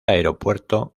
aeropuerto